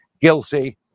guilty